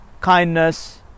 kindness